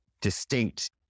distinct